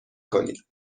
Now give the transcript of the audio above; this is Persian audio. کنید